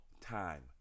time